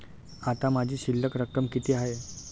आता माझी शिल्लक रक्कम किती आहे?